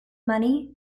money